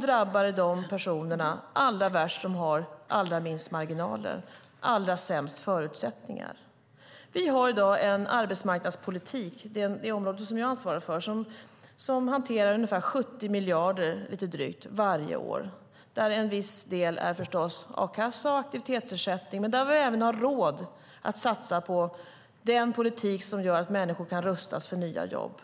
drabbar det de personer allra värst som har allra minst marginaler och allra sämst förutsättningar. Vi har i dag en arbetsmarknadspolitik, det område jag ansvarar för, som hanterar drygt 70 miljarder varje år. En viss del går förstås till a-kassa och aktivitetsersättning, men vi har även råd att satsa på den politik som gör att människor kan rustas för nya jobb.